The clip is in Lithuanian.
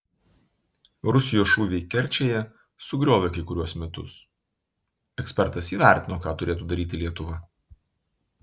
rusijos šūviai kerčėje sugriovė kai kuriuos mitus ekspertas įvertino ką turėtų daryti lietuva